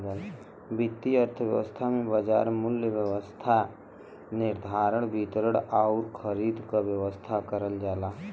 वित्तीय अर्थशास्त्र में बाजार व्यवस्था मूल्य निर्धारण, वितरण आउर खरीद क व्यवस्था करल जाला